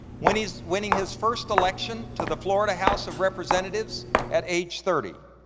winning his winning his first election to the florida house of representatives at age thirty.